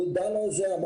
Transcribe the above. הוא דן על זה,